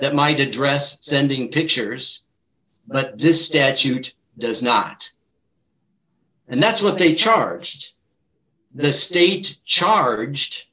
that might address sending pictures but this statute does not and that's what they charged the state charged